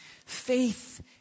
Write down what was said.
Faith